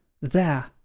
There